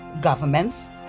governments